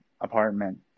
apartment